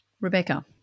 Rebecca